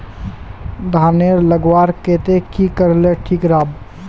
धानेर लगवार केते की करले ठीक राब?